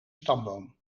stamboom